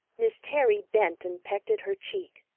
miss terry bent and pecked at her cheek,